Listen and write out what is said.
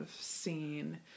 seen